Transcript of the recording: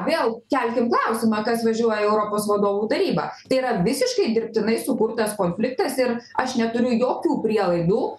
vėl kelkim klausimą kas važiuoja į europos vadovų tarybą tai yra visiškai dirbtinai sukurtas konfliktas ir aš neturiu jokių prielaidų